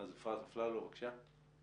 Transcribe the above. אז, אפרת אפללו, בבקשה.